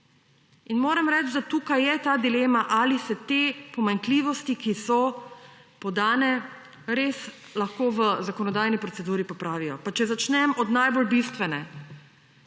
In moram reči, da tukaj je ta dilema, ali se te pomanjkljivosti, ki so podane, res lahko v zakonodajni proceduri popravijo. Pa če začnem od najbolj bistvene.